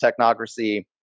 technocracy